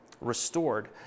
restored